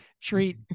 treat